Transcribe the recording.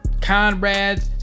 Conrad